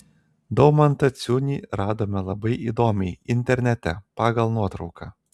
daumantą ciunį radome labai įdomiai internete pagal nuotrauką